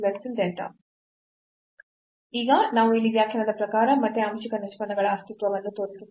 whenever ಈಗ ನಾವು ಇಲ್ಲಿ ವ್ಯಾಖ್ಯಾನದ ಪ್ರಕಾರ ಮತ್ತೆ ಆಂಶಿಕ ನಿಷ್ಪನ್ನಗಳ ಅಸ್ತಿತ್ವವನ್ನು ತೋರಿಸುತ್ತೇವೆ